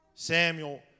Samuel